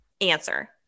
answer